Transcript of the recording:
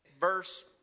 verse